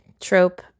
trope